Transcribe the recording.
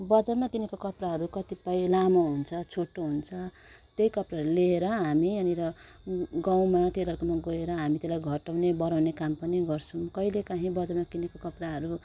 बजारमा किनेको कपडाहरू कतिपय लामो हुन्छ छोटो हुन्छ त्यही कपडा लिएर हामी यहाँनिर गाउमा टेलरकोमा गएर हामी त्यसलाई घटाउने बढाउने काम पनि गर्छौँ कहिले कहीँ बजारमा किनेको कपडाहरू